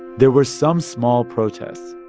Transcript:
there were some small protests,